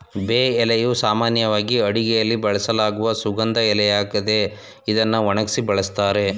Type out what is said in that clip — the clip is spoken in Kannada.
ಬೇ ಎಲೆಯು ಸಾಮಾನ್ಯವಾಗಿ ಅಡುಗೆಯಲ್ಲಿ ಬಳಸಲಾಗುವ ಸುಗಂಧ ಎಲೆಯಾಗಿದೆ ಇದ್ನ ಒಣಗ್ಸಿ ಬಳುಸ್ತಾರೆ